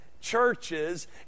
churches